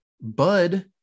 Bud